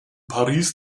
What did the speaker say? paris